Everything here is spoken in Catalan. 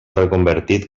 reconvertit